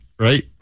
right